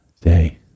day